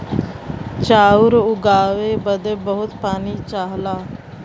चाउर उगाए बदे बहुत पानी चाहला